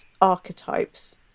archetypes